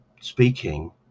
speaking